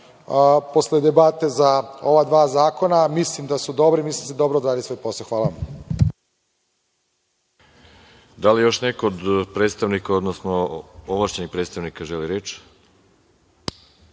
posle debate, za ova dva zakona, jer mislim da su dobri i mislim da ste dobro odradili svoj posao. Hvala. **Đorđe Milićević** Da li još neko od predstavnika, odnosno ovlašćenih predstavnika želi reč?